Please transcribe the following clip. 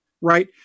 right